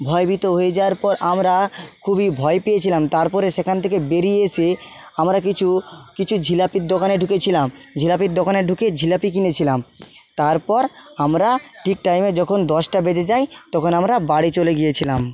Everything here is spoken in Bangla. ভয়ে ভীত হয়ে যাওয়ার পর আমরা খুবই ভয় পেয়েছিলাম তারপরে সেখান থেকে বেরিয়ে এসে আমরা কিছু কিছু জিলিপির দোকানে ঢুকেছিলাম জিলিপির দোকানে ঢুকে জিলিপি কিনেছিলাম তারপর আমরা ঠিক টাইমে যখন দশটা বেজে যায় তখন আমরা বাড়ি চলে গিয়েছিলাম